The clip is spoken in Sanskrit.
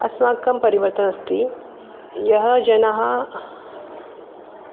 अस्माकं परिवर्तनम् अस्ति यः जनः